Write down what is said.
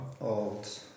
Old